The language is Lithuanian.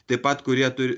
taip pat kurie turi